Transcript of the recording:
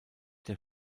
der